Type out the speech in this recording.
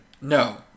No